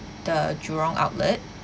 the jurong outlet